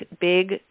big